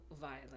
violent